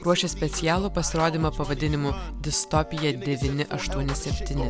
ruošia specialų pasirodymą pavadinimu distopija idevyni aštuoni septyni